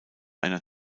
einer